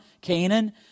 Canaan